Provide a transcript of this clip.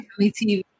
TV